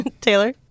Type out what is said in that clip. Taylor